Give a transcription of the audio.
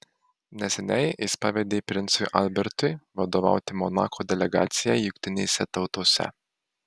neseniai jis pavedė princui albertui vadovauti monako delegacijai jungtinėse tautose